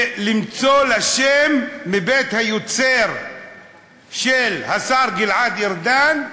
ולמצוא לה שם מבית היוצר של השר גלעד ארדן: